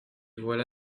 voilà